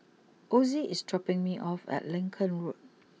Ozie is dropping me off at Lincoln Road